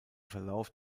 verlauf